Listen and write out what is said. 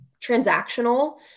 transactional